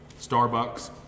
Starbucks